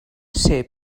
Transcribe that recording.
ser